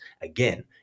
Again